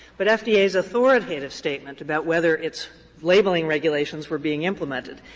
but fda's authoritative statement about whether its labeling regulations were being implemented.